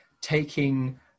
taking